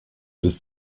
des